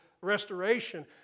restoration